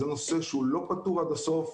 זה נושא שהוא לא פתור עד הסוף,